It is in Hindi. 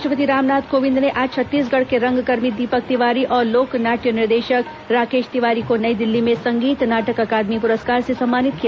राष्ट्रपति रामनाथ कोविंद ने आज छत्तीसगढ़ के रंगकर्मी दीपक तिवारी और लोक नाट्य निर्देशक राकेश तिवारी को नई दिल्ली में संगीत नाटक अकादमी पुरस्कार से सम्मानित किया